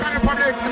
Republic